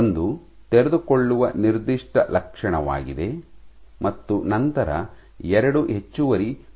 ಒಂದು ತೆರೆದುಕೊಳ್ಳುವ ನಿರ್ದಿಷ್ಟ ಲಕ್ಷಣವಾಗಿದೆ ಮತ್ತು ನಂತರ ಎರಡು ಹೆಚ್ಚುವರಿ ಪ್ರಕಾರಗಳಿವೆ